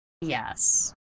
Yes